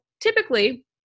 typically